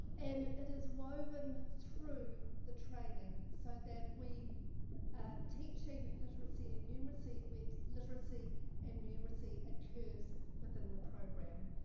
and it is woven through the training so that we at teaching literacy and numeracy with literacy and numeracy occurs with in the program.